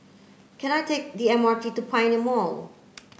can I take the M R T to Pioneer Mall